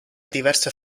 diverse